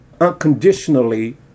unconditionally